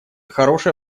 хорошая